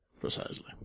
Precisely